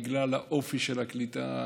בגלל האופי של הקליטה,